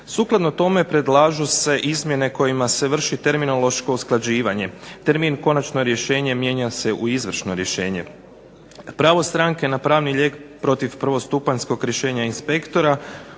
Sukladno tome predlažu se izmjene kojima se vrši terminološko usklađivanje. Termin konačno rješenje mijenja se u izvršno rješenje. Pravo stranke na pravni lijek protiv prvostupanjskog rješenja inspektora